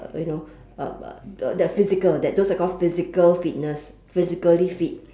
you know uh uh the physical those are called physical fitness physically fit